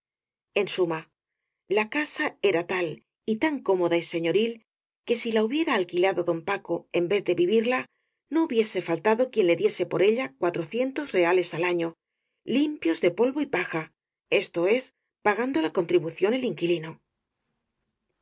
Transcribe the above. en suma la casa era tal y tan cómoda y señoril que si la hubiera al quilado don paco en vez de vivirla no hubiese faltado quien le diese por ella reales al año limpios de polvo y paja esto es pagando la con tribución el inquilino